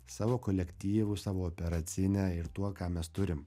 savo kolektyvu savo operacine ir tuo ką mes turim